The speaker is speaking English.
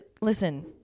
listen